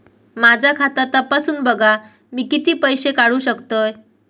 माझा खाता तपासून बघा मी किती पैशे काढू शकतय?